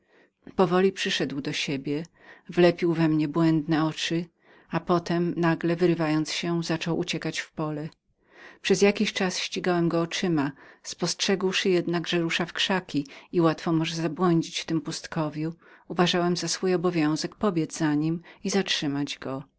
powoli przyszedł do siebie wlepił we mnie błędne oczy potem nagle wyrywając się zaczął uciekać w pole przez jakiś czas ścigałem go oczyma spostrzegłszy jednak że rusza w krzaki i łatwo może zabłądzić w tej pustyni sądziłem moim obowiązkiem pobiedz za nim i zatrzymać go